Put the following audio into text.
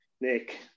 Nick